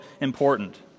important